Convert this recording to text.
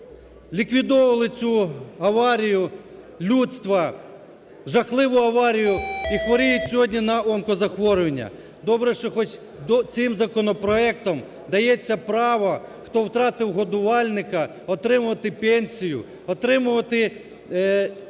ліквідовували цю аварію людства, жахливу аварію, і хворіють сьогодні на онкозахворювання? Добре, що хоч цим законопроектом дається право, хто втратив годувальника, отримувати пенсію, отримувати